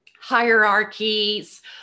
hierarchies